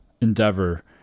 endeavor